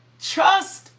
trust